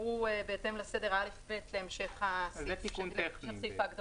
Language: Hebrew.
עברו בהתאם לסדר ה-א'-ב' להמשך סעיף ההגדרות.